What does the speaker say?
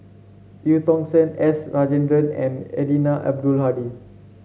Eu Tong Sen S Rajendran and Eddino Abdul Hadi